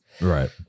right